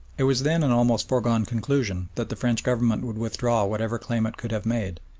it was then an almost foregone conclusion that the french government would withdraw whatever claim it could have made,